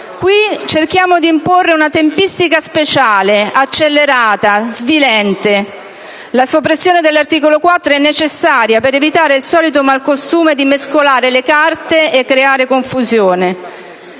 qui cerchiamo di imporre una tempistica speciale, accelerata, svilente. La soppressione dell'articolo 4 è necessaria per evitare il solito malcostume di mescolare le carte e creare confusione.